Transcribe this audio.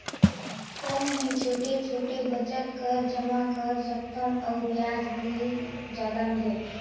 कौन मै छोटे छोटे बचत कर जमा कर सकथव अउ ब्याज भी जादा मिले?